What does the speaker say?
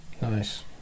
nice